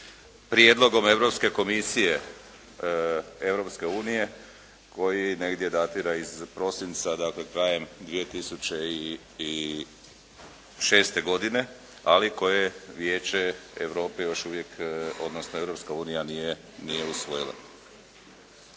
prijedlogom Europske komisije Europske unije koji negdje datira iz prosinca dakle krajem 2006. godine, ali koje je Vijeće Europe još uvijek odnosno Europska unija nije usvojila.